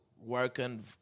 working